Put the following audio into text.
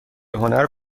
هنر